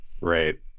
Right